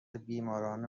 بیماران